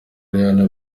rihanna